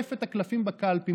טורף את הקלפים בקלפי,